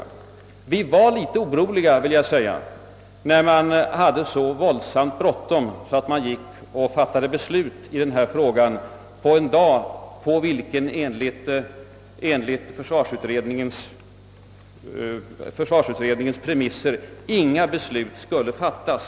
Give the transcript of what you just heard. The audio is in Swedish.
Vi var oroliga — det vill jag gärna medge — över att man hade så bråttom att man fattade beslut i frågan på en dag då enligt försvarsutredningens egna premisser inga beslut skulle fattas.